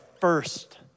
first